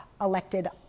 elected